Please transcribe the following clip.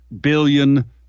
billion